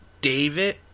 David